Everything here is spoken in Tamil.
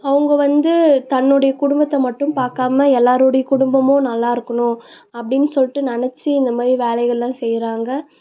அவங்க வந்து தன்னுடைய குடும்பத்தை மட்டும் பார்க்காம எல்லோருடைய குடும்பமும் நல்லாயிருக்கணும் அப்டின்னு சொல்லிட்டு நெனைச்சி இந்த மாதிரி வேலைகளெலாம் செய்யுறாங்க